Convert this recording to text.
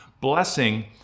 blessing